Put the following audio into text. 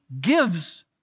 gives